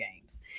games